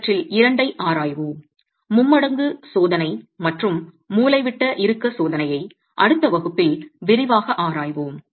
இவற்றில் இரண்டை ஆராய்வோம் மும்மடங்கு சோதனை மற்றும் மூலைவிட்ட இறுக்கம் சோதனையை அடுத்த வகுப்பில் விரிவாக ஆராய்வோம்